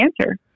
answer